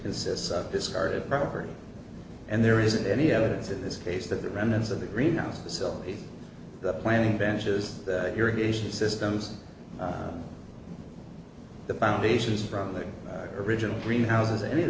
consists of discarded property and there isn't any evidence in this case that the remnants of the greenhouse to sell the planning benches here haitian systems the foundations from the original greenhouses any of